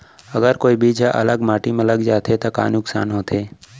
अगर कोई बीज ह गलत माटी म लग जाथे त का नुकसान होथे?